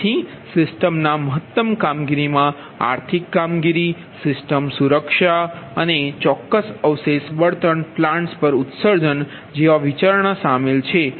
તેથી સિસ્ટમના મહત્તમ કામગીરીમાં આર્થિક કામગીરી સિસ્ટમ સુરક્ષા અને ચોક્કસ અવશેષ બળતણ પ્લાન્ટ્સ પર ઉત્સર્જન જેવા વિચારણા શામેલ છે